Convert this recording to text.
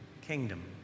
kingdom